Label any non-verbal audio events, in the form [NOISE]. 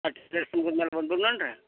ಹತ್ತು ದಿವ್ಸದ [UNINTELLIGIBLE]